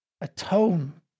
atone